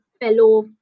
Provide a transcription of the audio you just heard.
fellow